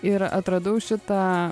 ir atradau šitą